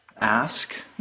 ask